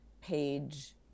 page